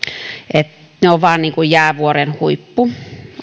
että ne ovat vain niin kuin jäävuoren huippu